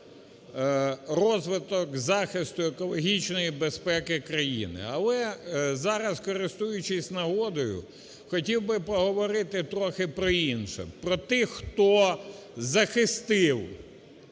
розвиток захисту екологічної безпеки країни. Але зараз, користуючись нагодою, хотів би поговорити трохи про інше, про тих, хто захистив